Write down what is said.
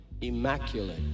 immaculate